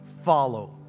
follow